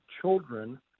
children